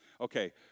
Okay